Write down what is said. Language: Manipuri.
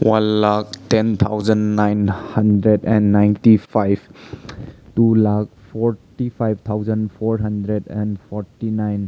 one lakh ten thousand nine hundred and ninety five two lakh forty five thousand four hundred and forty nine